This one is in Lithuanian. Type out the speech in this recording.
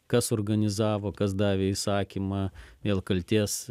kas suorganizavo kas davė įsakymą dėl kaltės